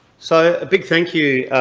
so, a big thank you!